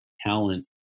talent